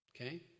Okay